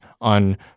on